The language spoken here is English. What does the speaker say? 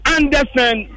Anderson